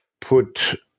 put